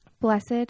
Blessed